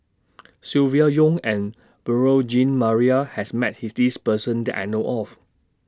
Silvia Yong and Beurel Jean Marie has Met His This Person that I know of